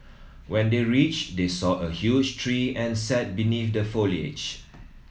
when they reached they saw a huge tree and sat beneath the foliage